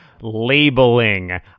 labeling